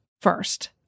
first